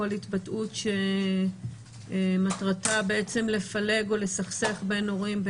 כל התבטאות שמטרתה לפלג או לסכסך בין הורים,